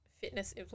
fitness